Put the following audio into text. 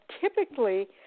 typically